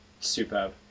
superb